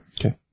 Okay